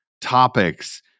topics